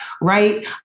right